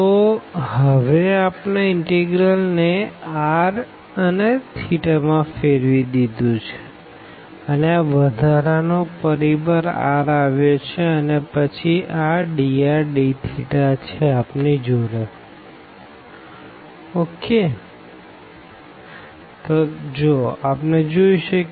તો હવે આપણે ઇનટેગરલ ને r θમાં ફેરવી દીધું છેઅને આ વધારાનો પરિબળ r આવ્યો છે અને પછી આ drdθ છે આપણી જોડે